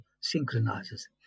synchronizes